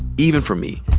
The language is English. even for me,